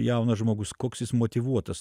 jaunas žmogus koks jis motyvuotas